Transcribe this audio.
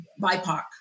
BIPOC